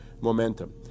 momentum